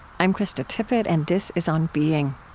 i'm krista tippett, and this is on being